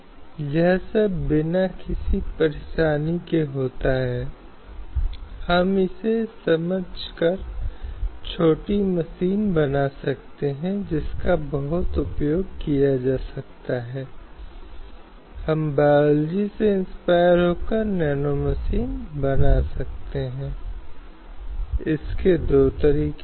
इसलिए राज्य नीति के निर्देशक सिद्धांत मूल रूप से वे पहलू हैं जिन्हें सामाजिक न्याय और सामाजिक सुरक्षा का अहसास कराने के लिए इन अवस्थाओं को बरकरार रखना चाहिए